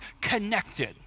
connected